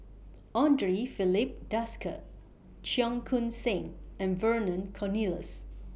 Andre Filipe Desker Cheong Koon Seng and Vernon Cornelius